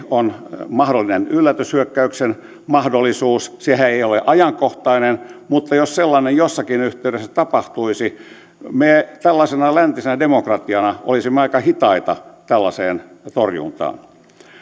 on mahdollinen yllätyshyökkäyksen mahdollisuus sehän ei ole ajankohtainen mutta jos sellainen jossakin yhteydessä tapahtuisi me tällaisena läntisenä demokratiana olisimme aika hitaita tällaisen torjuntaan